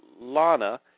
Lana